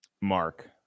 Mark